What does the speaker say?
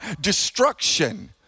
destruction